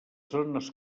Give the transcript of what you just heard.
zones